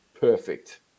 perfect